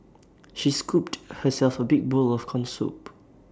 she scooped herself A big bowl of Corn Soup